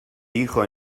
dijo